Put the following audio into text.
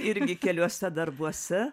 irgi keliuose darbuose